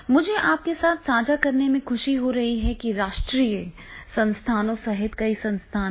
मुझे आपके साथ साझा करने में खुशी हो रही है कि राष्ट्रीय संस्थानों सहित कई संस्थान हैं